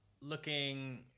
looking